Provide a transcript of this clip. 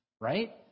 Right